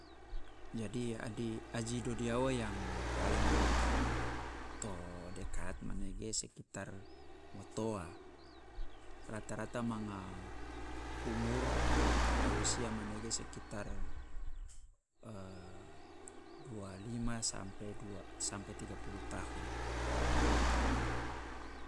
Jadi adi- aji dodiawo yang paling yang to dekat manege sekitar motoa, rata rata manga umur atau usia manege sekitar dua lima sampe dua- sampe tiga puluh tahun.